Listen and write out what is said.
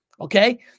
Okay